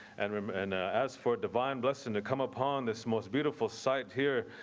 and um and as for divine blessing to come upon this most beautiful sight here.